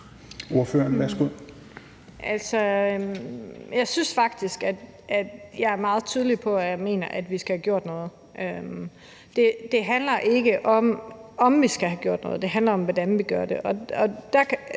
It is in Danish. jeg er meget tydelig omkring, at jeg mener, at vi skal have gjort noget. Det handler ikke om, om vi skal have gjort noget; det handler om, hvordan vi gør det.